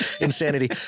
insanity